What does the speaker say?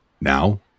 Now